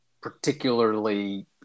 particularly